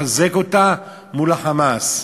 לחזק אותה מול ה"חמאס".